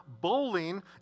bowling